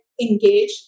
engage